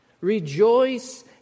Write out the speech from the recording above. Rejoice